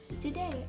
Today